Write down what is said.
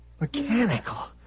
mechanical